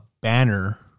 Banner